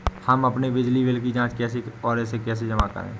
हम अपने बिजली बिल की जाँच कैसे और इसे कैसे जमा करें?